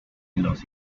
los